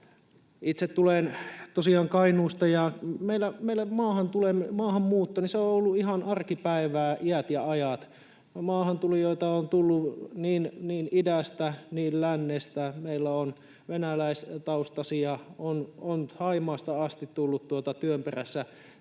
Itse tulen tosiaan Kainuusta ja meille maahanmuutto on ollut ihan arkipäivää iät ja ajat. Maahantulijoita on tullut niin idästä kuin lännestä, meillä on venäläistaustaisia, on Thaimaasta asti tullut työn perässä